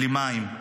בלי מים,